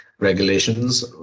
regulations